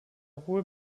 hohe